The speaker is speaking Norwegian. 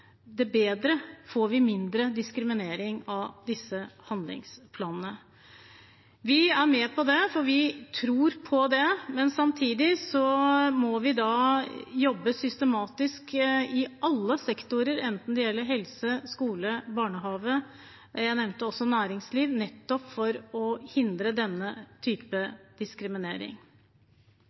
det bedre? Får vi mindre diskriminering av disse handlingsplanene? Vi er med på det, for vi tror på det. Samtidig må vi jobbe systematisk i alle sektorer, enten det gjelder helse, skole eller barnehage – jeg nevnte også næringsliv – nettopp for å hindre denne typen diskriminering.